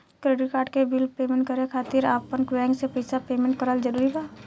Credit card के bill payment करे खातिर आपन बैंक से पईसा पेमेंट करल जरूरी बा?